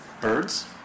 Birds